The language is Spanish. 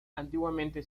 antiguamente